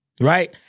Right